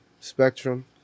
spectrum